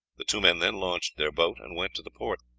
the two men then launched their boat and went to the port.